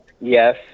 yes